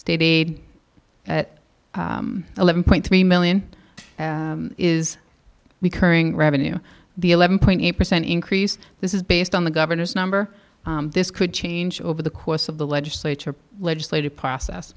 state aid at eleven point three million is becoming revenue the eleven point eight percent increase this is based on the governor's number this could change over the course of the legislature legislative process